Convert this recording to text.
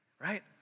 right